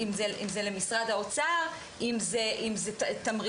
אם זה למשרד האוצר, אם זה תמריצים.